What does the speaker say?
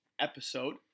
episode